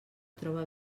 troba